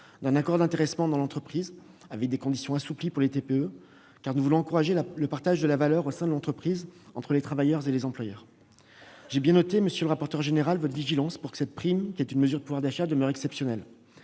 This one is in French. d'un accord d'intéressement dans l'entreprise ; les conditions seront assouplies pour les TPE. En effet, nous voulons encourager le partage de la valeur au sein de l'entreprise, entre les travailleurs et les employeurs. J'ai bien noté, monsieur le rapporteur général, votre vigilance : vous souhaitez que cette prime, qui est une mesure de pouvoir d'achat, demeure exceptionnelle.